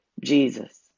Jesus